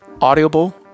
Audible